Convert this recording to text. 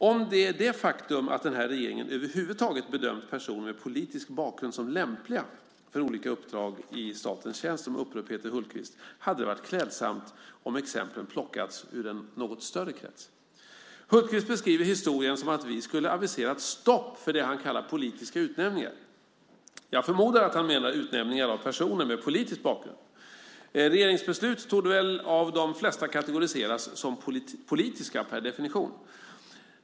Om det är det faktum att den här regeringen över huvud taget bedömt personer med en politisk bakgrund som lämpliga för olika uppdrag i statens tjänst som upprör Peter Hultqvist hade det varit klädsamt om exemplen plockats ur en något större krets. Hultqvist beskriver historien som att vi skulle ha aviserat stopp för det han kallar politiska utnämningar. Jag förmodar att han menar utnämningar av personer med politisk bakgrund. Regeringsbeslut torde väl av de flesta kategoriseras som politiska per definition.